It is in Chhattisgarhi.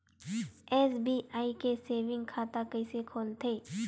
एस.बी.आई के सेविंग खाता कइसे खोलथे?